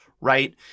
right